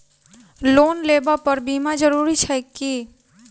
Loan लेबऽ पर बीमा जरूरी छैक की?